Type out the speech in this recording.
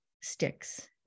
sticks